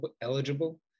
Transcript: eligible